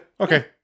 Okay